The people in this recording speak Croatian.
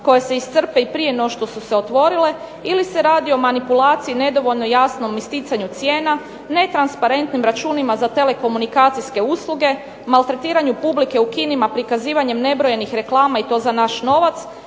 koje se iscrpe i prije no što su se otvorile ili se radi o manipulaciji nedovoljno jasnom isticanju cijena, netranspa-rentnim računima za telekomunikacijske usluge, maltretiranju publike u kinima prikazivanjem nebrojenih reklama i to za naš novac,